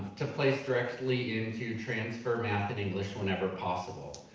to place directly into transfer math and english whenever possible.